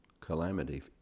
calamity